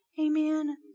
Amen